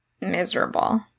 miserable